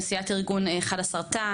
נשיאת ארגון ׳חלאסרטן׳,